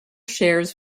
shares